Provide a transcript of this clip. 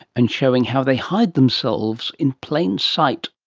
and showing how they hide themselves in plain sight.